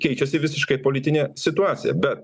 keičiasi visiškai politinė situacija be